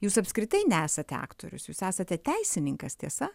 jūs apskritai nesate aktorius jūs esate teisininkas tiesa